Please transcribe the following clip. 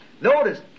Notice